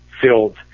filled